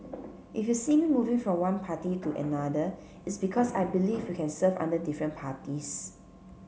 if you see me moving from one party to another it's because I believe we can serve under different parties